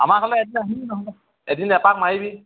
আমাৰ ঘৰলে এদিন আহিবি নহলে এদিন এপাক মাৰিবি